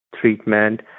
treatment